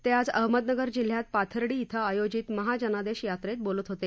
ते आज अहमदनगर जिल्ह्यात पाथर्डी इथं आयोजित महाजनादेश यात्रेत बोलत होते